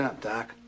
Doc